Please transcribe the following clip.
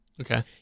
Okay